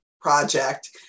project